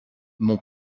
mon